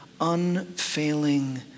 unfailing